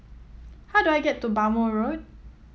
how do I get to Bhamo Road